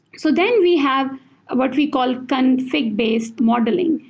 so then we have ah what we call config-based modeling.